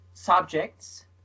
subjects